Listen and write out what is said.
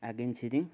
आदिम छिरिङ्ग